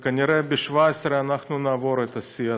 וכנראה ב-2017 אנחנו נעבור את השיא הזה,